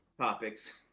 topics